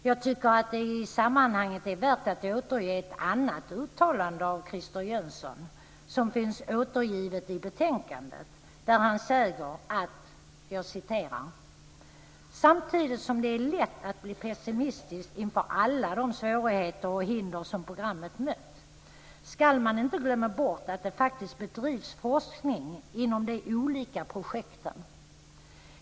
Jag tycker att det i sammanhanget är värt att återge ett annat uttalande av Christer Jönsson som finns återgivet i betänkandet: "Samtidigt som det är lätt att bli pessimistisk inför alla de svårigheter och hinder som programmet mött, skall man inte glömma bort att det faktiskt bedrivs forskning inom de olika projekten.